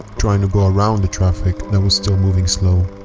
trying to go around the traffic that was still moving slow.